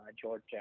Georgia